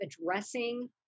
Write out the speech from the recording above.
addressing